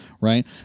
right